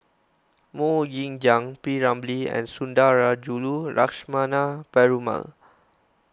Mok Ying Jang P Ramlee and Sundarajulu Lakshmana Perumal